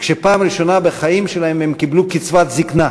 כשבפעם הראשונה בחיים שלהם הם קיבלו קצבת זיקנה.